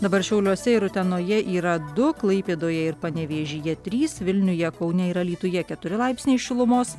dabar šiauliuose ir utenoje yra du klaipėdoje ir panevėžyje trys vilniuje kaune ir alytuje keturi laipsniai šilumos